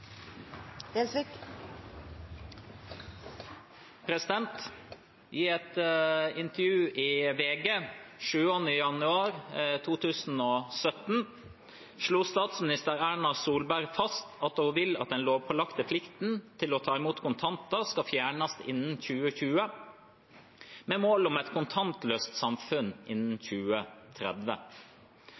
Gjelsvik til statsministeren, er overført til justis- og innvandringsministeren. «I et intervju med VG 7. januar 2017 slo statsminister Erna Solberg fast at hun vil at den lovpålagte plikten til å ta imot kontanter skal fjernes innen 2020, med mål om et kontantløst samfunn innen 2030.